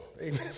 Amen